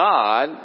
God